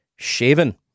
shaven